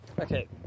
Okay